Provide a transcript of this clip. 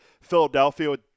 Philadelphia